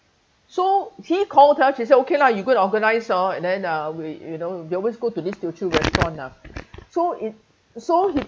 so he called her and she said okay lah you go and organise hor and then uh we you know we always go to this teochew restaurant ah so it so he